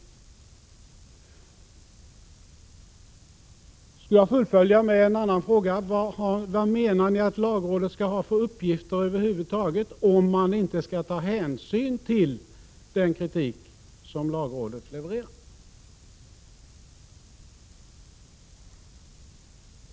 Jag vill fullfölja mitt resonemang på den här punkten med en annan fråga: Vilka uppgifter menar ni att lagrådet skall ha över huvud taget, om man inte skall ta hänsyn till den kritik som lagrådet levererar?